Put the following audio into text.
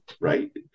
right